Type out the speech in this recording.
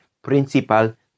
principal